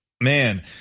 man